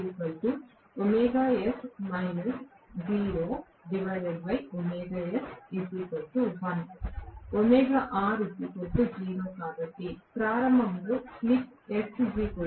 కాబట్టి ప్రారంభంలో slip s 1